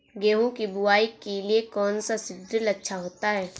गेहूँ की बुवाई के लिए कौन सा सीद्रिल अच्छा होता है?